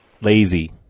Lazy